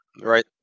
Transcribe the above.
Right